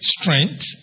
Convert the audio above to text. strength